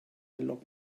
lock